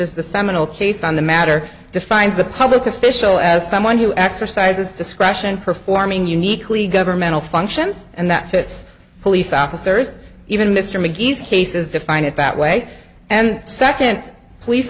is the seminal case on the matter defines a public official as someone who exercises discretion performing uniquely governmental functions and that fits police officers even mr mcgee's cases define it that way and second police